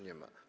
Nie ma.